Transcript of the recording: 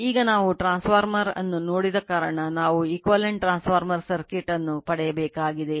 ಈಗ ನಾವು transformer ಅನ್ನು ಪಡೆಯಬೇಕಾಗಿದೆ